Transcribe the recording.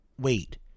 Wait